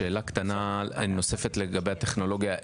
שאלה קטנה נוספת לגבי הטכנולוגיה.